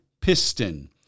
piston